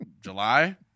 July